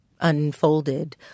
unfolded